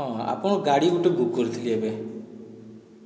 ହଁ ଆପଣ ଗାଡ଼ି ଗୋଟିଏ ବୁକ୍ କରିଥିଲେ ଏବେ